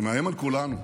שמאיים על כולנו,